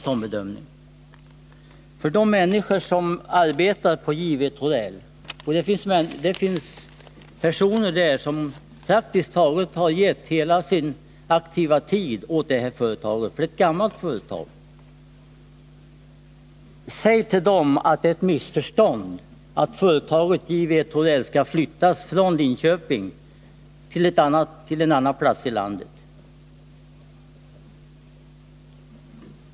Säg till de människor som jobbat praktiskt taget hela sin aktiva tid åt företaget J. W. Torell — och det är ett gammalt företag — att det är ett missförstånd att företaget skall flyttas från Linköping till en annan plats i landet!